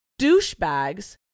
douchebags